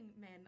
men